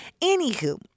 anywho